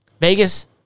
Vegas